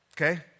okay